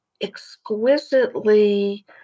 exquisitely